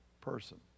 person